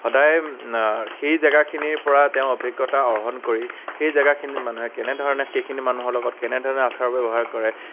সদায় সেই জেগাখিনিৰপৰা তেওঁ অভিজ্ঞতা অৰ্হন কৰি সেই জেগাখিনিত মানুহে কেনেধৰণৰে সেইখিনিত মানুহৰ লগত কেনেধৰণে আচাৰ ব্যৱহাৰ কৰে